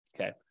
Okay